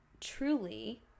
truly